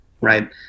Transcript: right